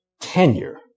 tenure